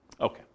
Okay